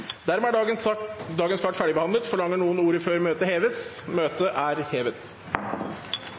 Dermed er dagens kart ferdigbehandlet. Forlanger noen ordet før møtet heves? – Møtet er hevet.